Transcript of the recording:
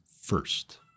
first